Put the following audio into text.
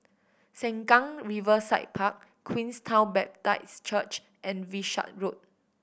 Sengkang Riverside Park Queenstown Baptist Church and Wishart Road